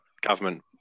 government